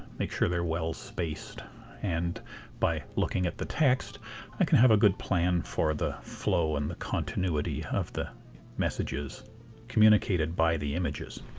make sure they're well spaced and by looking at the text i can have a good plan for the flow and the continuity of the messages communicated by the images.